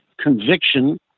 conviction